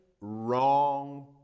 wrong